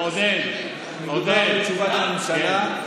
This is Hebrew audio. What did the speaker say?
מדובר בתשובת הממשלה,